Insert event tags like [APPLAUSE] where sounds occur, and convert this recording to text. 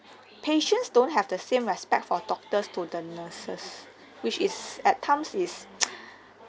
patients don't have the same respect for doctors to the nurses which is at times is [NOISE]